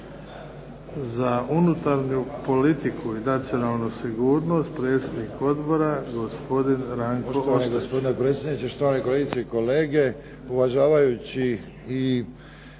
za unutarnju politiku i nacionalnu sigurnost, predsjednik odbora gospodin Ranko Ostojić.